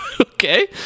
Okay